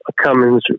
Cummins